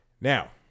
Now